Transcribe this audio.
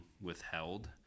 withheld